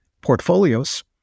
portfolios